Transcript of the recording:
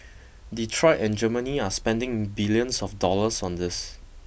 Detroit and Germany are spending billions of dollars on this